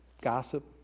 Gossip